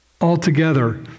altogether